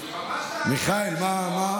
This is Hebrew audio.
מיכאל, מה?